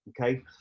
okay